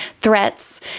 threats